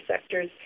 sectors